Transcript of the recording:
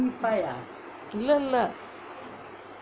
இல்லே இல்லே:illae illae